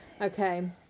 Okay